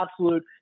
absolute